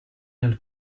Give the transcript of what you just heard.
nel